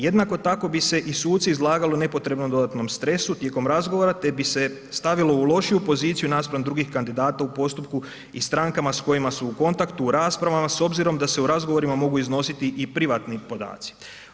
Jednako tako bi se i suci izlagali nepotrebnom dodatnom stresu tijekom razgovora te bi se stavilo u lošiju poziciju naspram drugih kandidata u postupku i strankama s kojima su u kontaktu, u raspravama s obzirom da se u razgovorima mogu iznositi i privatni podaci.